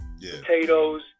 potatoes